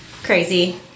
crazy